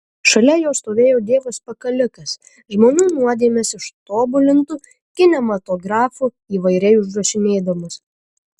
šalia jo stovėjo dievas pakalikas žmonių nuodėmes ištobulintu kinematografu įvairiai užrašinėdamas